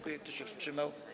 Kto się wstrzymał?